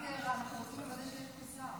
רק הערה: אנחנו רוצים לוודא שיש פה שר.